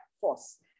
force